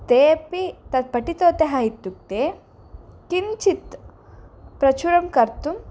ते अपि तत् पठितवतः इत्युक्ते किञ्चित् प्रचुरं कर्तुं